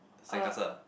sandcastle ah